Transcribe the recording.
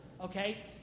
okay